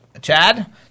Chad